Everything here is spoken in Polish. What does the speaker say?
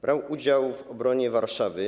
Brał udział w obronie Warszawy.